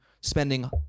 spending